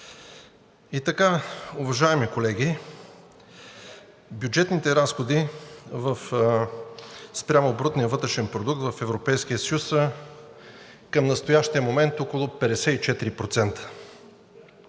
И така, уважаеми колеги, бюджетните разходи спрямо брутния вътрешен продукт в Европейския съюз са към настоящия момент около 54%.